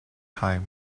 time